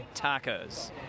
tacos